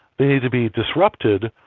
they need to be disrupted,